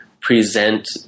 present